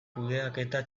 kudeaketa